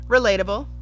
Relatable